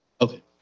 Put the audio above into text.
Okay